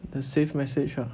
the safe message ah